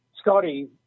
Scotty